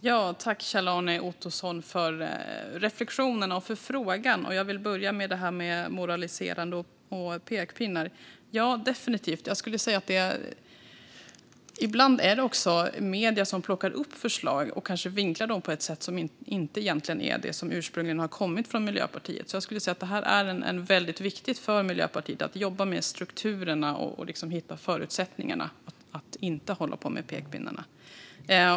Herr talman! Tack, Kjell-Arne Ottosson, för reflektionen och för frågan! Jag vill börja med det här att vi måste komma bort från moraliserande och pekpinnar. Ja, definitivt. Ibland är det också medierna som plockar upp förslag och kanske vinklar dem till något som inte är det som ursprungligen har kommit från Miljöpartiet. Jag skulle säga att det är väldigt viktigt för Miljöpartiet att jobba med strukturerna och liksom hitta förutsättningarna för att inte hålla på med pekpinnar.